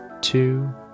two